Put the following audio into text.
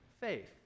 faith